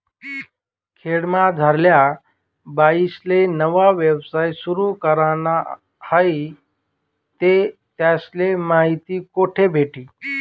खेडामझारल्या बाईसले नवा यवसाय सुरु कराना व्हयी ते त्यासले माहिती कोठे भेटी?